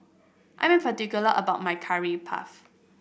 I am particular about my Curry Puff